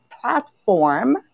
platform